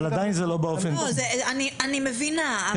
אני מבינה,